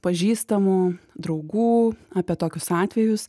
pažįstamų draugų apie tokius atvejus